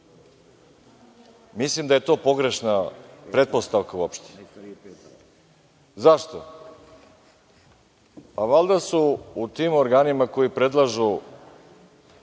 Mislim da je to pogrešna pretpostavka uopšte. Zašto? Valjda su u tim organima koji predlažu